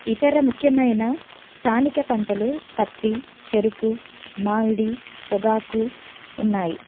ఇతర ముఖ్యమైన స్థానిక పంటలు పత్తి చెరుకు మామిడి పొగాకు ఉన్నాయి